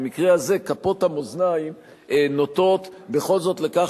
במקרה הזה כפות המאזניים נוטות בכל זאת לכך